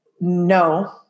no